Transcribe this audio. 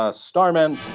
ah starman!